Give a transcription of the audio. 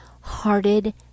hearted